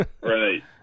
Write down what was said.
Right